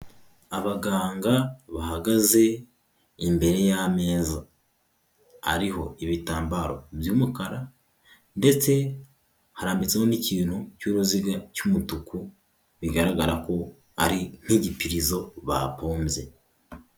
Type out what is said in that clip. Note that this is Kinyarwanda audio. Abaganga bahagaze imbere y'ameza, ariho ibitambaro by'umukara ndetse harambitseho n'ikintu cyuruziga cy'umutuku bigaragara ko ari nk'igipirizo ba pompye.